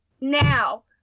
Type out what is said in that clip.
now